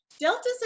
Delta's